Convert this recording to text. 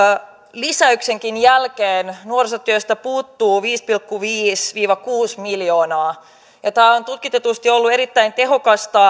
lisäyksenkin jälkeen nuorisotyöstä puuttuu viisi pilkku viisi viiva kuusi miljoonaa tämä on tutkitusti ollut erittäin tehokas